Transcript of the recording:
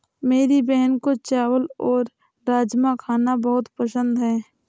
मेरी बहन को चावल और राजमा खाना बहुत पसंद है